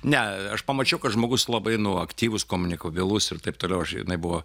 ne aš pamačiau kad žmogus labai nu aktyvus komunikabilus ir taip toliau žinai buvo